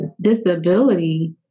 disability